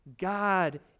God